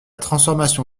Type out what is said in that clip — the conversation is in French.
transformation